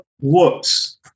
whoops